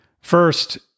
First